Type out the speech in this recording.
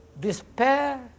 despair